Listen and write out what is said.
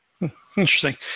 Interesting